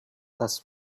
does